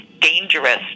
dangerous